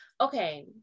okay